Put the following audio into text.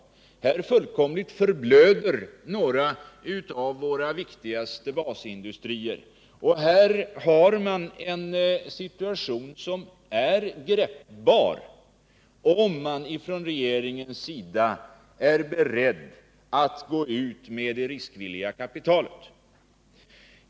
Här fullkomligt förblöder några av våra viktigaste basindustrier och situationen är gripbar om man ifrån regeringens sida är beredd att gå in med riskvilligt kapital.